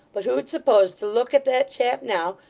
but who'd suppose to look at that chap now,